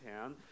town